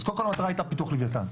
אז קודם כל המטרה הייתה פיתוח לוויתן.